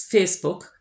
Facebook